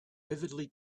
vividly